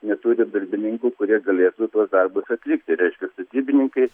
neturi darbininkų kurie galėtų tuos darbus atlikti reiškia statybininkai